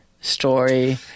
story